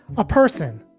a person,